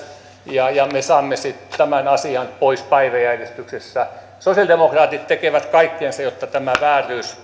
käy ja me saamme sitten tämän asian pois päiväjärjestyksestä sosialidemokraatit tekevät kaikkensa jotta tämä vääryys